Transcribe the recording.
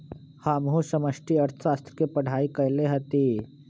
हमहु समष्टि अर्थशास्त्र के पढ़ाई कएले हति